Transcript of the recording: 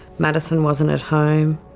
madison wasn't at home.